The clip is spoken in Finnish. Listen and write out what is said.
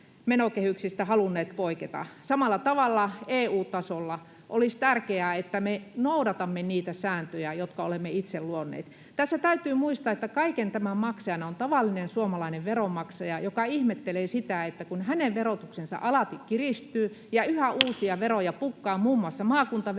menokehyksistä halunneet poiketa. Samalla tavalla EU-tasolla olisi tärkeää, että me noudatamme niitä sääntöjä, jotka olemme itse luoneet. Tässä täytyy muistaa, että kaiken tämän maksajana on tavallinen suomalainen veronmaksaja, joka ihmettelee sitä, että kun hänen verotuksensa alati kiristyy ja yhä uusia veroja pukkaa, muun muassa maakuntaveroa,